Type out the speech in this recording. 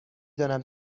دانم